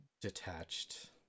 detached